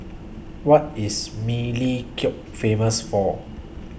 What IS Melekeok Famous For